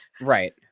Right